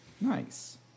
nice